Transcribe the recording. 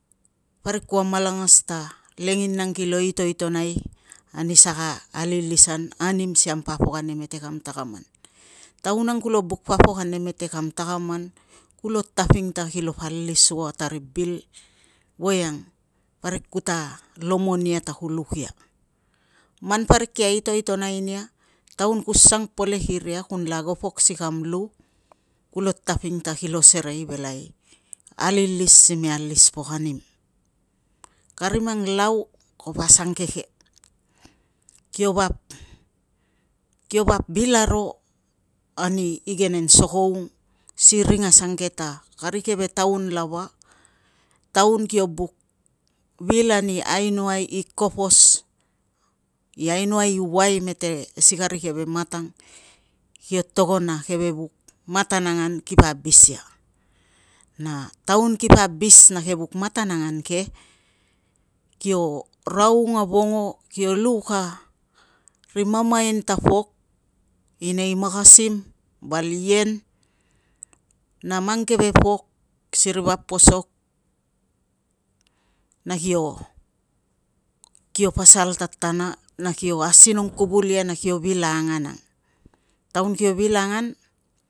Parik kua malangas ta, lenginang kilo itoitonai ani saka alilisan anim as kam papok ane mete kam takaman. Taun ang kulo buk papok ane mete kam takaman, kulo taping ta kilopo alis ua ta ri bil, voiang parik kuta lomon ia ta ku luk ia. Man parik kia itoitonai nia, taun ku sang pelek iria kunlapo ago pok si kam lu, kulo taping ta kilo serei velai alilis sime alis pok anim. Kari mang lau kapo asangke kio vap kio vap vil aro ani igenen sokoung, si ring asange ta, kari keve taun lava, taun kio buk vil ani ainoai i kopos, i ainoai i uai mete i si kari keve matang kio togon a keve vuk matan angan ki pa abis ia. Na taun ki abis a keve vuk matan angan ke, kio raung a vongo kio luk a ri mamain ta pok i nei makasim, val ien, na mang keve pok siri vap posok na kio pasal tatana na kio asinong kuvul ia na kilo vil a angan ang. Taun kio vil angan